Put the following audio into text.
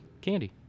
candy